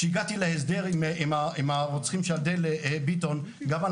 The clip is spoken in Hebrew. כשהגעתי להסדר עם הרוצחים של אדל ביטון גם על